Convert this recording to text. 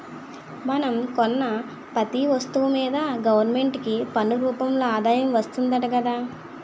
మనం కొన్న పెతీ ఒస్తువు మీదా గవరమెంటుకి పన్ను రూపంలో ఆదాయం వస్తాదట గదా